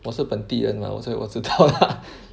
我是本地人 mah 我所以我知道 lah